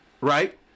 right